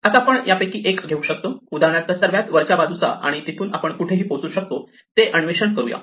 आता आपण यापैकी एक घेऊ शकतो उदाहरणार्थ सर्वात वरच्या डाव्या बाजूचा आणि तिथून आपण कुठे पोहोचू शकतो ते अन्वेषण करूया